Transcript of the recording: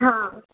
हा